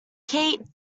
kate